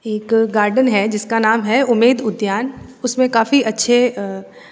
एक गार्डन है जिसका नाम है उमेद उद्यान उसमें काफ़ी अच्छे